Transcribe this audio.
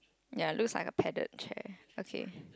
ya looks like a padded chair okay